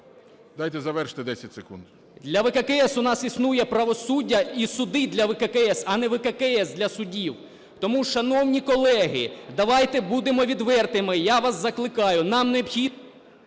Дайте завершити 10 секунд.